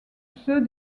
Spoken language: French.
ceux